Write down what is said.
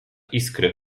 iskry